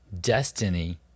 destiny